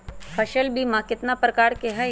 फसल बीमा कतना प्रकार के हई?